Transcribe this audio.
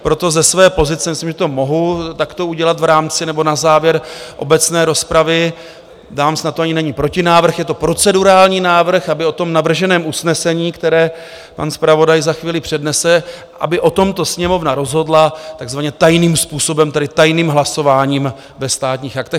Proto ze své pozice, myslím, že to mohu takto udělat v rámci nebo na závěr obecné rozpravy, dám snad to ani není protinávrh, je to procedurální návrh, aby o navrženém usnesení, které pan zpravodaj za chvíli přednese, Sněmovna rozhodla takzvaně tajným způsobem, tedy tajným hlasováním, ve Státních aktech.